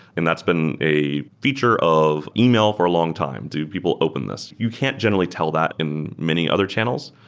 and that's been a feature of email for a long time. do people open this? you can't generally tell that in many other channels,